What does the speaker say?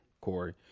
Corey